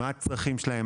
מה הצרכים שלהם,